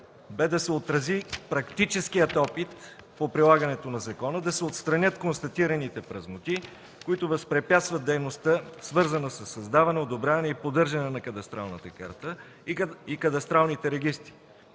бе да се отрази практическият опит по прилагането на закона, да се отстранят констатираните празноти, които възпрепятстват дейността, свързана със създаване, одобряване и поддържане на кадастралната карта и кадастралните регистри,